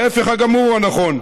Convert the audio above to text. ההפך הגמור הוא הנכון: